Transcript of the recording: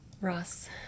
Ross